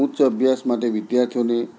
ઉચ્ચ અભ્યાસ માટે વિદ્યાર્થીઓને